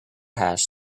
hash